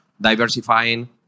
diversifying